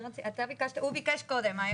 הוא ביקש קודם האמת.